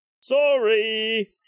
Sorry